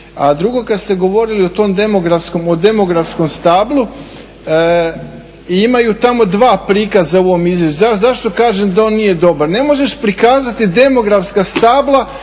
A drugo kad ste govorili o demografskom stablu, imaju tamo dva prikaza …, zašto kažem da on nije dobar? Ne možeš prikazati demografska stabla